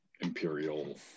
imperial